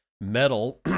Metal